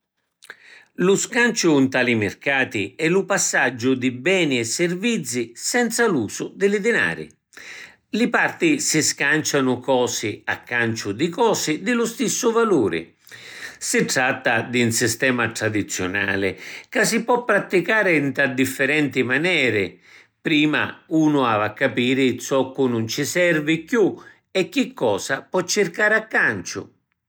Lu scanciu nta li mircati è lu passaggiu di beni e sirvizzi, senza l’usu di li dinari. Li parti si scancianu cosi a canciu di cosi di lu stissu valuri. Si tratta di ‘n sistema tradiziunali ca si pò pratticari nta differenti maneri. Prima unu avi a capiri zoccu nun ci servi chiù e chi cosa pò circari a canciu.